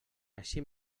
així